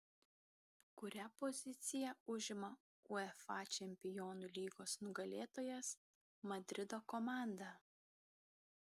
kurią poziciją užima uefa čempionų lygos nugalėtojas madrido komanda